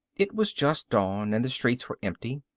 it was just dawn and the streets were empty.